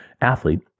athlete